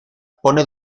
pone